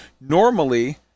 normally